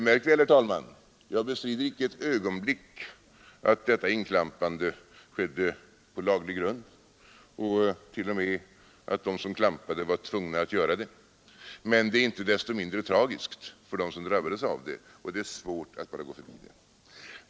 Märk väl, herr talman: Jag bestrider icke ett ögonblick att detta inklampande skedde på laglig grund. Jag tror t.o.m. att de som klampade var tvungna att göra det. Men det är inte desto mindre tragiskt för dem som drabbades av det, och det är svårt att bara gå förbi det.